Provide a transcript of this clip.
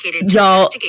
Y'all